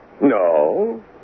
No